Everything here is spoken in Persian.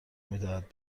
میدهد